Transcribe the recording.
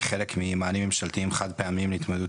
כחלק ממענים ממשלתיים חד פעמיים להתמודדות